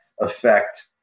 affect